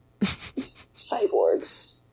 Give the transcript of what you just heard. Cyborgs